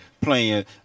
playing